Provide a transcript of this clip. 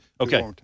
Okay